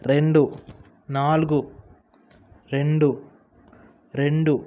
రెండు నాలుగు రెండు రెండు